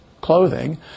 clothing